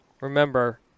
remember